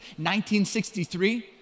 1963